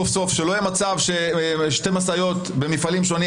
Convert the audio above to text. שלא יהיה מצב ששתי משאיות במפעלים שונים,